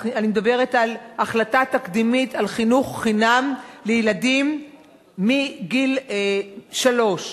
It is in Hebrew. אני מדברת על החלטה תקדימית על חינוך חינם לילדים מגיל שלוש.